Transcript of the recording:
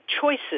choices